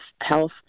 health